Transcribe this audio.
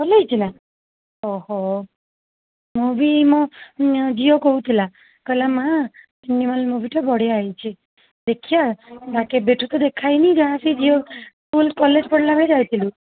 ଭଲ ହେଇଛି ନା ମୁଁ ବି ମୋ ଝିଅ କହୁଥିଲା କହିଲା ମାଆ ଆନିମଲ୍ ମୁଭିଟା ବଢ଼ିଆ ହେଇଛି ଦେଖିବା ବାକି କେବେ ଠୁ ତ ଦେଖା ହେଇନି ଯାହା ସେଇ ଝିଅ ସ୍କୁଲ କଲେଜ ପଢ଼ିଲା ବେଳେ ଯାଇଥିଲୁ